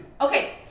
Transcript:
Okay